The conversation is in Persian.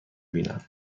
بینم